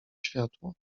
światło